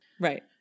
Right